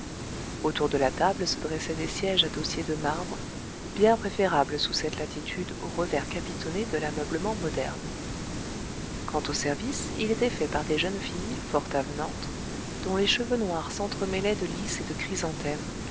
autour de la table se dressaient des sièges à dossiers de marbre bien préférables sous cette latitude aux revers capitonnés de l'ameublement moderne quant au service il était fait par des jeunes filles fort avenantes dont les cheveux noirs s'entremêlaient de lis et de chrysanthèmes